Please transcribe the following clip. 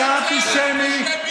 מעורר שנאת חינם,